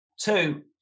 Two